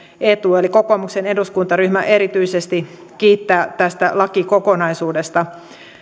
etu eli kokoomuksen eduskuntaryhmä erityisesti kiittää tästä lakikokonaisuudesta